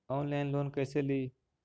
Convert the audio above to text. Online loan कैसे ली?